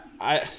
I-